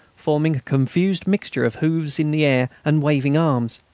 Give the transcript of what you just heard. forming a confused mixture of hoofs in the air and waving arms.